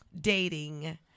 dating